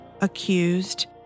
Accused